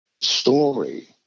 story